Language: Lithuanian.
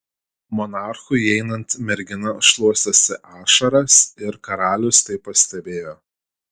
monarchui įeinant mergina šluostėsi ašaras ir karalius tai pastebėjo